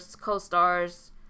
co-stars